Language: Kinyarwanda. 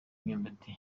imyumbati